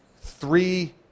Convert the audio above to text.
three